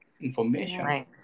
information